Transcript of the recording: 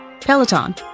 Peloton